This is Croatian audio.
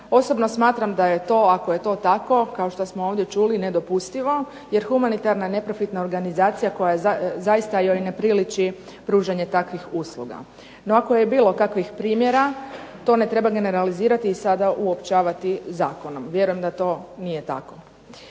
Osobno smatram da je to, ako je to tako kao što smo ovdje čuli, nedopustivo jer humanitarna neprofitna organizacija koja je, zaista joj ne priliči pružanje takvih usluga. No ako je i bilo kakvih primjera to ne treba generalizirati i sada uopćavati zakonom. Vjerujem da to nije tako.